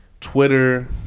Twitter